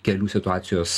kelių situacijos